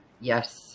Yes